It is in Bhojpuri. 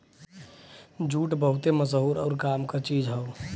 जूट बहुते मसहूर आउर काम क चीज हौ